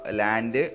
land